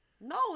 No